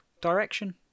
direction